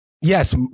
Yes